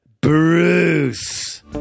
Bruce